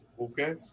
Okay